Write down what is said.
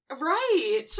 Right